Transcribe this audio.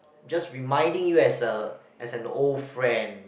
just reminding you as a as an old friend